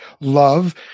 love